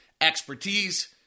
expertise